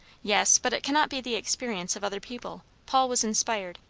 yes, but it cannot be the experience of other people. paul was inspired.